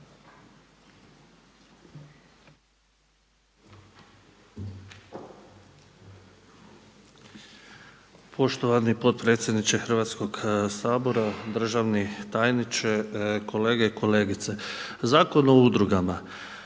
Poštovani potpredsjedniče Hrvatskoga sabora, državni tajniče, kolege i kolegice. Zakon o udrugama,